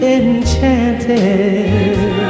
enchanted